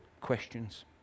questions